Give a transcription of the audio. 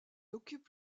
occupe